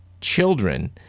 children